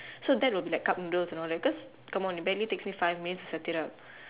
so that would be like cup noodles and all that because come on it barely takes me five minutes to set it up